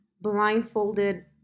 blindfolded